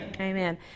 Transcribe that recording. Amen